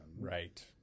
Right